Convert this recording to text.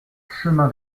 chemin